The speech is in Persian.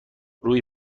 روی